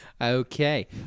Okay